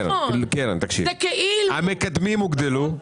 תקשיבי, המקדמים גדלו,